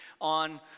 on